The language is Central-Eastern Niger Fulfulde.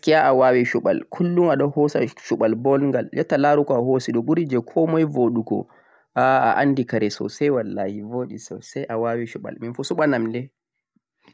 gaskiya' a waawi shuɓal, 'kullum' a ɗo hoosa shuɓal bongal jotta laaru ko a hoosi ɗo ɓuri jee komay booɗugo a anndi kare soosay wallaahi, boɗi soosay a waawi shuɓal minfu suɓanam le